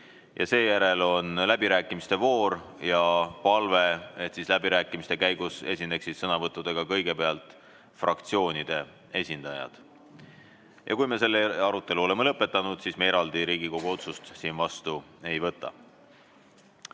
Seejärel on läbirääkimiste voor. Palve on, et läbirääkimiste käigus esineksid sõnavõttudega kõigepealt fraktsioonide esindajad. Kui me oleme selle arutelu lõpetanud, siis me eraldi Riigikogu otsust siin vastu ei võta.